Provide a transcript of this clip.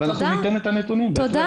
ואנחנו ניתן את הנתונים, בהחלט.